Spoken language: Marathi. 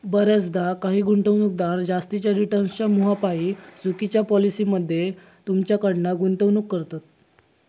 बऱ्याचदा काही गुंतवणूकदार जास्तीच्या रिटर्न्सच्या मोहापायी चुकिच्या पॉलिसी मध्ये तुमच्याकडना गुंतवणूक करवतत